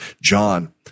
John